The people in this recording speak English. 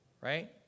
Right